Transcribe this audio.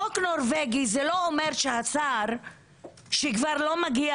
חוק נורבגי זה לא אומר שהשר שכבר לא מגיע